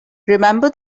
remember